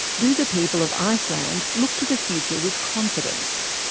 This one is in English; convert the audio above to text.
do the people of iceland look to the future with confidence?